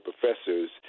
professors